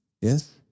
Yes